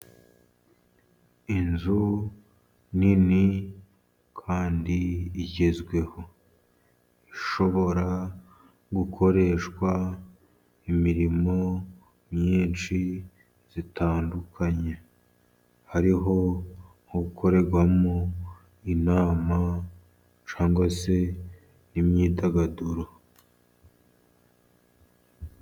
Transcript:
Inzu nini kandi igezweho. Ishobora gukoreshwa imirimo myinshi itandukanye. Hariho ikorerwamo inama cyangwa se n'imyidagaduro.